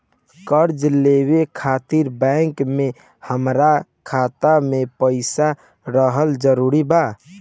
कर्जा लेवे खातिर बैंक मे हमरा खाता मे पईसा रहल जरूरी बा?